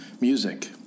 music